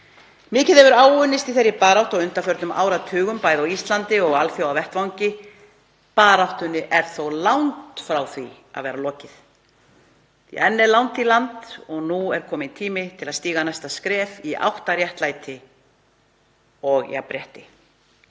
Mikið hefur áunnist í þeirri baráttu á undanförnum áratugum, bæði á Íslandi og á alþjóðavettvangi. Baráttunni er þó langt í frá lokið og enn er langt í land og nú er kominn tími til að stíga næsta skref í átt að réttlæti og jafnrétti.